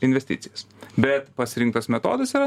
investicijas bet pasirinktas metodas yra